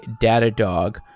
Datadog